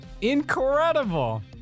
Incredible